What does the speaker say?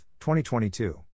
2022